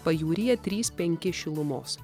pajūryjetrys penki šilumos